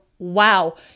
Wow